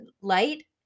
light